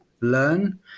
learn